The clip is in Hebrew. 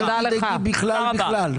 אל תדאגי בכלל בכלל.